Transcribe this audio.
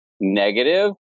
negative